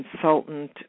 consultant